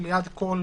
וליד כל